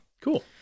cool